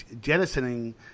jettisoning